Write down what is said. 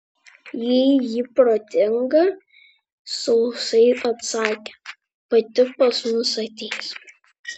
jei ji protinga sausai atsakė pati pas mus ateis